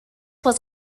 was